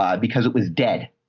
um because it was dead,